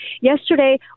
yesterday